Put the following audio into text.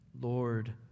Lord